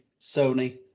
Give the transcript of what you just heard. Sony